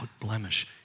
blemish